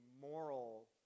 moral